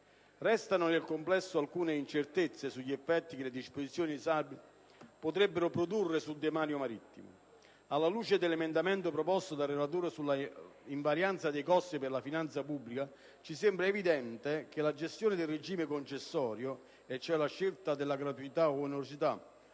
Restano nel complesso alcune incertezze sugli effetti che le disposizioni in esame potrebbero produrre sul demanio marittimo: alla luce dell'emendamento proposto dal relatore sulla invarianza dei costi per la finanza pubblica, ci sembra evidente che la gestione del regime concessorio, e cioè la scelta della gratuità od onerosità